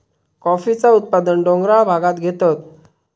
कॉफीचा उत्पादन डोंगराळ भागांत घेतत